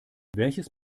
welches